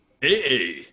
Hey